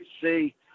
see